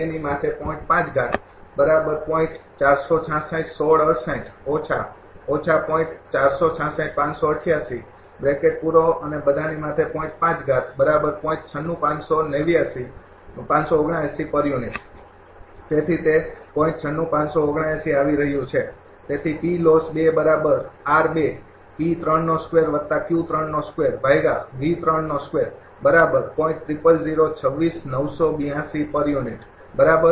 ૯૬૫૭૯ આવી રહ્યું છે તેથી બરાબર